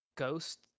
ghost